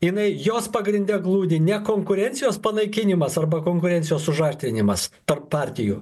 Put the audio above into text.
jinai jos pagrinde glūdi ne konkurencijos panaikinimas arba konkurencijos užaštrinimas tarp partijų